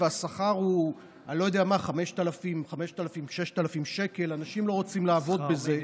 ובשכר של 5,000 6,000 שקל אנשים לא רוצים לעבוד בזה,